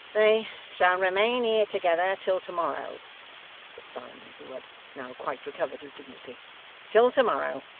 they shall remain here together till to-morrow said simon, who had now quite recovered his dignity till to-morrow.